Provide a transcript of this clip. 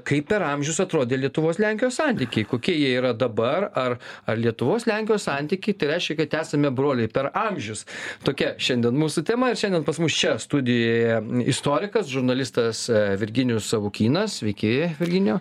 kaip per amžius atrodė lietuvos lenkijos santykiai kokie jie yra dabar ar ar lietuvos lenkijos santykiai tai reiškia kad esame broliai per amžius tokia šiandien mūsų tema ir šiandien pas mus čia studijoje istorikas žurnalistas virginijus savukynas sveiki virginijau